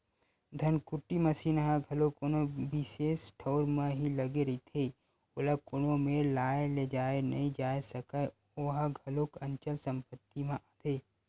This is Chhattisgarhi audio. धनकुट्टी मसीन ह घलो कोनो बिसेस ठउर म ही लगे रहिथे, ओला कोनो मेर लाय लेजाय नइ जाय सकय ओहा घलोक अंचल संपत्ति म आथे